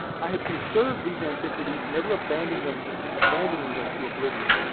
i have conserved these antiquities, never abandoning them abandoning them to oblivion.